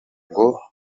ngo